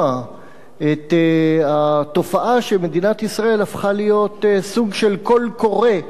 את התופעה שמדינת ישראל הפכה להיות סוג של "קול קורא"